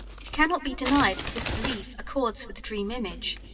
it cannot be denied that this belief accords with the dream image,